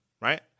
right